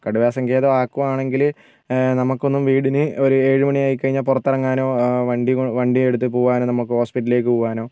കടുവ സങ്കേതം ആക്കുവാണെങ്കിൽ നമുക്കൊന്നും വീടിന് ഒരേഴു മണി ആയിക്കഴിഞ്ഞാൽ പുറത്തിറങ്ങാനോ വണ്ടി വണ്ടിയെടുത്ത് പോവാനോ നമുക്ക് ഹോസ്പിറ്റലിലേക്ക് പോകാനോ